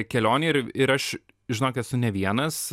kelionei ir ir aš žinok esu ne vienas